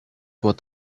what